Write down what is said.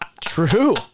true